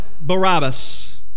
Barabbas